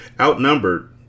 Outnumbered